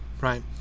right